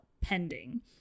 pending